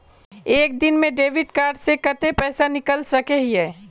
एक दिन में डेबिट कार्ड से कते रुपया निकल सके हिये?